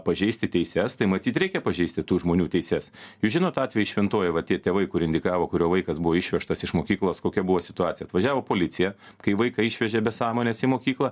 pažeisti teises tai matyt reikia pažeisti tų žmonių teises jūs žinot atvejį šventojoj va tie tėvai kur indikavo kurio vaikas buvo išvežtas iš mokyklos kokia buvo situacija atvažiavo policija kai vaiką išvežė be sąmonės į mokyklą